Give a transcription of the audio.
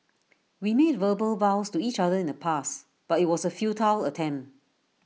we made verbal vows to each other in the past but IT was A futile attempt